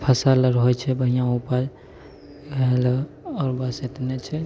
फसल आर होइत छै बढ़िआँ उपज ओएह लऽ आओर बस इतने छै